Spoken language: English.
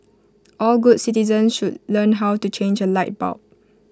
all good citizens should learn how to change A light bulb